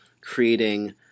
creating